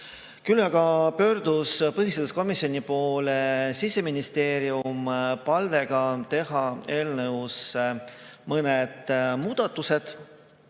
Küll aga pöördus põhiseaduskomisjoni poole Siseministeerium palvega teha eelnõus mõned muudatused,